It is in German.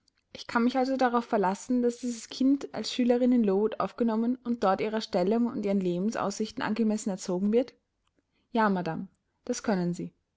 ich kann mich also darauf verlassen daß dieses kind als schülerin in lowood aufgenommen und dort ihrer stellung und ihren lebensaussichten angemessen erzogen wird ja madame das können sie